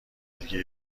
دیگه